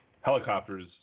Helicopters